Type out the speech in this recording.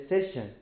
decision